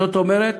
זאת אומרת,